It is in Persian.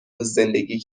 زندگی